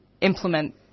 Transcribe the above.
implement